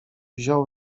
wziął